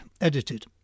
edited